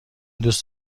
دوست